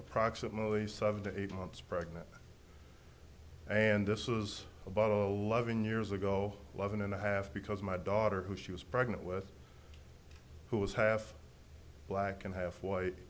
approximately seven eight months pregnant and this was a bottle a loving years ago eleven and a half because my daughter who she was pregnant with who was half black and half white